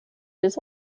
his